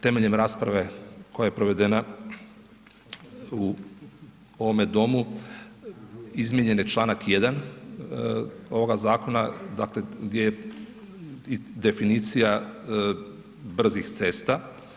Temeljem rasprave koja je provedena u ovome domu izmijenjen je Članak 1. ovoga zakona, dakle gdje je i definicija brzih cesta.